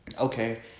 okay